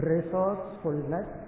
Resourcefulness